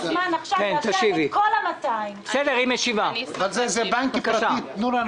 בכל הכבוד --- מדברים אתי --- אבל על זה התכנסנו.